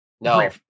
No